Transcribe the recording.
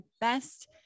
best